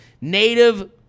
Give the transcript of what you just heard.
Native